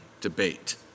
debate